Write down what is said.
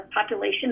population